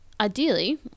Ideally